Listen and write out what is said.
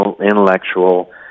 intellectual